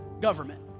government